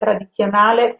tradizionale